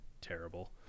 terrible